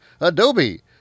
adobe